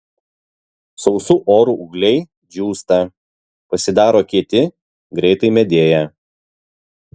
sausu oru ūgliai džiūsta pasidaro kieti greitai medėja